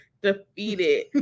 defeated